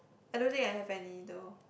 I don't think I have any though